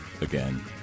again